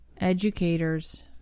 educators